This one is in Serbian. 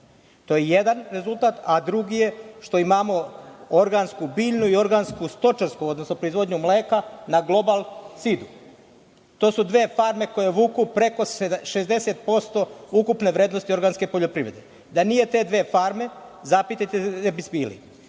To je jedan rezultat, a drugi je što imamo organsku biljnu i organsku stočarsku, odnosno proizvodnju mleka na „Global sidu“. To su dve farme koje vuku preko 60% ukupne vrednosti organski poljoprivrede. Da nije te dve farme, zapitajte se gde biste